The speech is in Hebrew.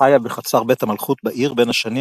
חיה בחצר בית המלכות בעיר בין השנים